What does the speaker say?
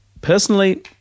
Personally